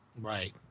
Right